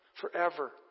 forever